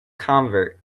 convert